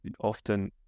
often